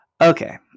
Okay